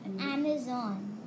Amazon